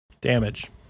Damage